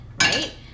right